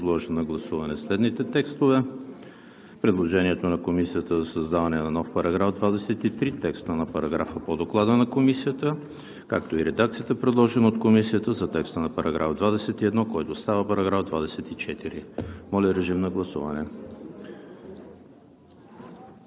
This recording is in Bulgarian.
Няма. Преминаваме към гласуване. Ще подложа на гласуване следните текстове: предложението на Комисията за нов § 23, текста на параграфа по Доклада на Комисията, както и редакцията, предложена от Комисията за текста на § 21, който става § 24.